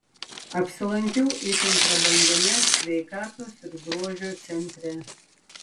apsilankiau itin prabangiame sveikatos ir grožio centre